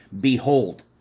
Behold